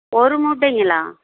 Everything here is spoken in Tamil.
ஒரு மூட்டைங்களா